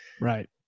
right